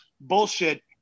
bullshit